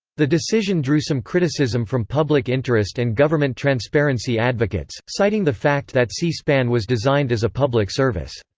the decision drew some criticism from public interest and government transparency advocates, citing the fact that c-span was designed as a public service.